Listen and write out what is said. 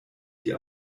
die